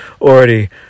already